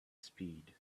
speed